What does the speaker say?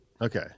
Okay